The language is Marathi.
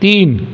तीन